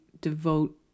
devote